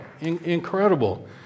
incredible